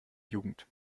jugend